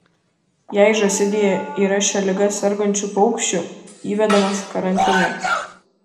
jei žąsidėje yra šia liga sergančių paukščių įvedamas karantinas